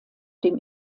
dem